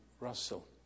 Russell